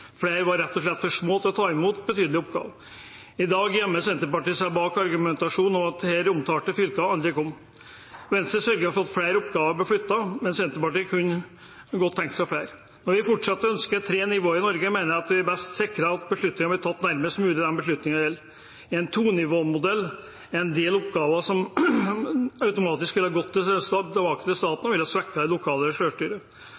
Flere var rett og slett for små til å ta imot betydelige oppgaver. I dag gjemmer Senterpartiet seg bak argumentasjonen om at disse omtalte fylkene aldri kom. Venstre sørget for at flere oppgaver ble flyttet, men Senterpartiet kunne godt tenkt seg flere. Når vi fortsatt ønsker tre nivåer i Norge, mener jeg vi best sikrer at beslutninger blir tatt nærmest mulig dem beslutningene gjelder. En tonivåmodell, hvor en del oppgaver automatisk ville gått tilbake til staten, ville ha svekket det lokale selvstyret. Nå står vi imidlertid tilbake